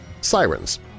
Sirens